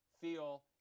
feel